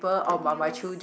good news